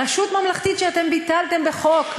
רשות ממלכתית שאתם ביטלתם בחוק,